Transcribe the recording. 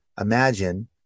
imagine